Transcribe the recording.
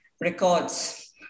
records